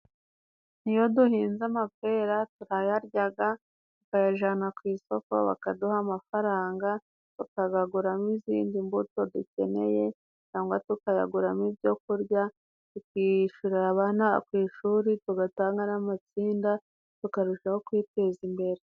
Iyo duhinze amapera, turayaryaga tukayajana ku isoko bakaduha amafaranga tukagaguramo izindi mbuto dukeneye cyangwa tukagaguramo ibyo kurya, tukishurira abana ku ishuri, tugatanga n'amatsinda tukarushaho kwiteza imbere.